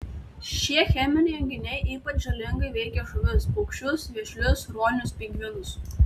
šie cheminiai junginiai ypač žalingai veikia žuvis paukščius vėžlius ruonius pingvinus